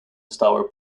stour